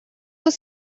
was